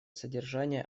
содержание